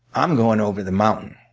i'm going over the mountain.